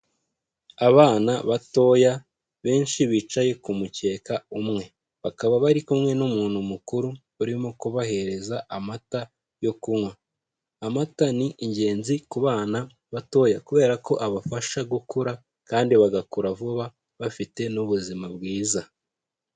Abana batoya, benshi bicaye ku mukeka umwe. Bakaba bari kumwe n'umuntu mukuru urimo kubahereza amata yo kunywa, amata ni ingenzi ku bana batoya kubera ko abafasha gukura kandi bagakura vuba bafite n'ubuzima bwiza.